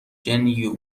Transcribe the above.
gen